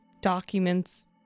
documents